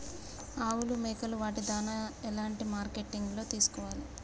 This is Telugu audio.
ఆవులు మేకలు వాటి దాణాలు ఎలాంటి మార్కెటింగ్ లో తీసుకోవాలి?